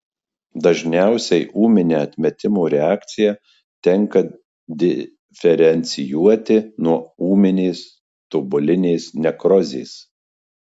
dažniausiai ūminę atmetimo reakciją tenka diferencijuoti nuo ūminės tubulinės nekrozės